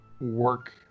work